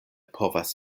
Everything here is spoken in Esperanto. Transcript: povas